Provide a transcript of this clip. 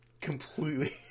completely